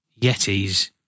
Yetis